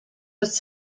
was